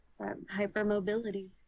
hypermobility